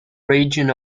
region